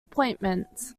appointment